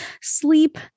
sleep